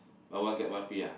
buy one get one free ah